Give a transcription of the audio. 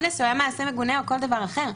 מעשה מגונה או כל דבר אחר.